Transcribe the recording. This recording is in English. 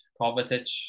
Kovacic